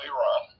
Iran